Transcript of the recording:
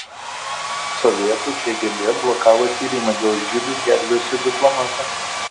sovietų kgb blokavo tyrimą dėl žydus gelbėjusio diplomato